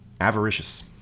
Avaricious